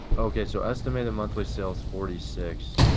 okay, so estimated monthly sales forty six.